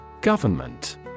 Government